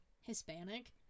hispanic